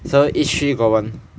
so each three got one